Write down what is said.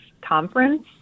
conference